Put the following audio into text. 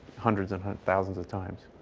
hundreds of thousands of times,